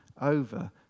over